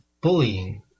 bullying